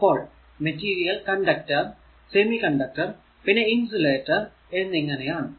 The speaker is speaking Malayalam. അപ്പോൾ മെറ്റീരിയൽ കണ്ടക്ടർ സെമി കണ്ടക്ടർ പിന്നെ ഇന്സുലേറ്റർ എന്നിങ്ങനെ ആണ്